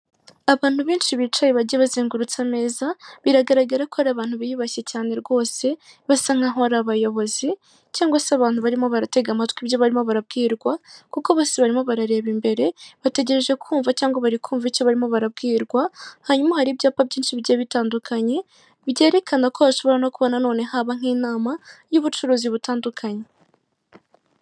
Abantu benshi bicaye bagiye bazengurutse ameza, biragaragara ko ari abantu biyubashye cyane rwose, basa nkaho ari abayobozi cyangwa se abantu barimo baratega amatwi ibyo barimo barabwirwa kuko bose barimo barareba imbere, bategereje kumva cyangwa bari kumva icyo barimo barabwirwa, hanyuma hari ibyapa byinshi bigiye bitandukanye byerekana ko hashobora no kubona none haba nk'inama y'ubucuruzi butandukanye.